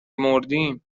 مردیم